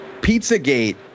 pizzagate